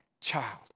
child